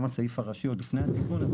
גם הסעיף הראשי עוד לפני התיקון אבל